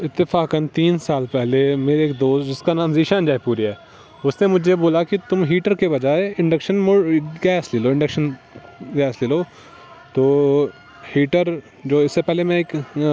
اتفاقاً تین سال پہلے میرے ایک دوست جس کا نام ذیشان جے پوری ہے اس نے مجھے بولا کہ تم ہیٹر کے بجائے انڈکشن گیس لے لو انڈکشن گیس لے لو تو ہیٹر جو اس سے پہلے میں ایک